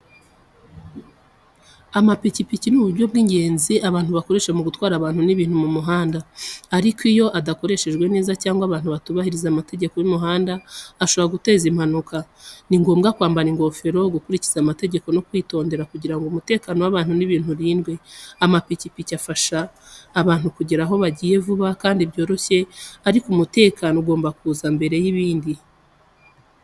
Amapikipiki ni uburyo bw’ingenzi abantu bakoresha mu gutwara abantu n’ibintu mu muhanda. Ariko, iyo adakoreshwa neza cyangwa abantu batubahiriza amategeko y’umuhanda, ashobora guteza impanuka. Ni ngombwa kwambara ingofero, gukurikiza amategeko no kwitonda kugira ngo umutekano w’abantu n’ibintu urindwe. Amapikipiki afasha abantu kugera aho bagiye vuba kandi byoroshye, ariko umutekano ugomba kuza mbere y’ibindi.